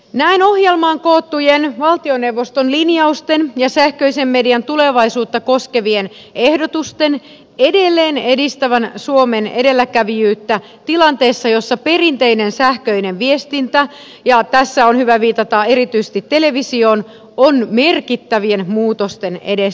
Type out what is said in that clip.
näen ohjelmaan koottujen valtioneuvoston linjausten ja sähköisen median tulevaisuutta koskevien ehdotusten edelleen edistävän suomen edelläkävijyyttä tilanteessa jossa perinteinen sähköinen viestintä ja tässä on hyvä viitata erityisesti televisioon on merkittävien muutosten edessä